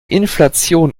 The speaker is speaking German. inflation